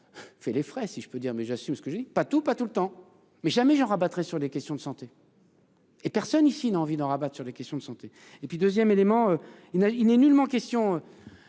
Fait les frais, si je peux dire mais j'assume ce que j'ai pas tout pas tout le temps mais jamais j'en rabattre sur des questions de santé. Et personne ici n'a envie d'en rabattre sur les questions de santé et puis 2ème élément il n'a il n'est nullement question.